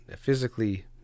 physically